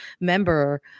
member